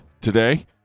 today